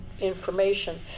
information